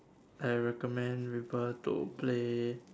I recommend people to play